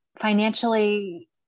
financially